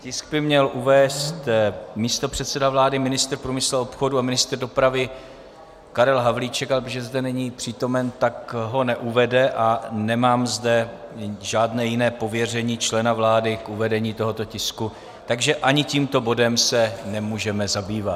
Tisk by měl uvést místopředseda vlády a ministr průmyslu a obchodu a ministr dopravy Karel Havlíček, ale protože zde není přítomen, tak ho neuvede, a nemám zde žádné jiné pověření člena vlády k uvedení tohoto tisku, takže ani tímto bodem se nemůžeme zabývat.